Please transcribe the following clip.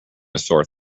sore